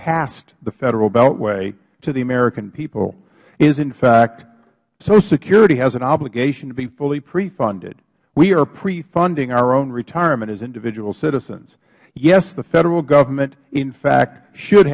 past the federal beltway to the american people is in fact social security has an obligation to be fully pre funded we are pre funding our own retirement as individual citizens yes the federal government in fact should